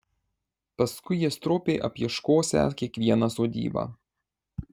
paskui jie stropiai apieškosią kiekvieną sodybą